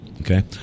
Okay